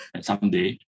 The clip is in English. someday